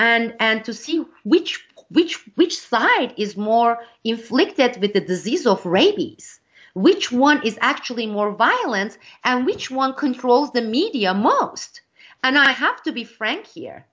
here and to see which which which side is more inflicted with the disease of rabies which one is actually more violence and which one controls the media most and i have to be frank here